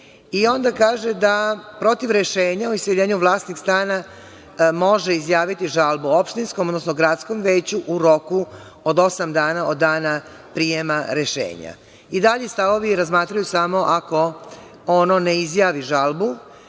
kaže da protiv rešenja o iseljenju vlasnik stana može izjaviti žalbu opštinskom, odnosno gradskom veću, u roku od osam dana od dana prijema rešenja. Dalji stavovi razmatraju samo ako ono ne izjavi žalbu